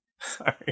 Sorry